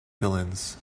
villains